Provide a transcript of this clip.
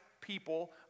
people